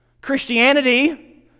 christianity